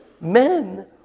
men